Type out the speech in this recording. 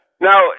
Now